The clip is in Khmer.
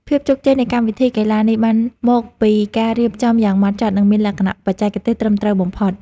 ភាពជោគជ័យនៃកម្មវិធីកីឡានេះបានមកពីការរៀបចំយ៉ាងហ្មត់ចត់ និងមានលក្ខណៈបច្ចេកទេសត្រឹមត្រូវបំផុត។